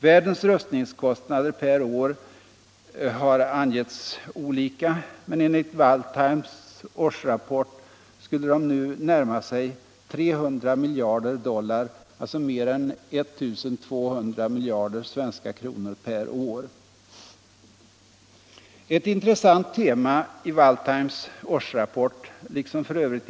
Världens rustningskostnader per år har angivits till olika belopp, men enligt Waldheims årsrapport skulle de nu närma sig 300 miljarder dollar, alltså mer än 1 200 miljarder kr. per år. Ett intressant tema i Waldheims årsrapport liksom f.ö.